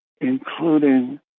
including